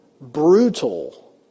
brutal